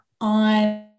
on